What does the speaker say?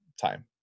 time